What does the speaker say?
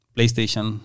PlayStation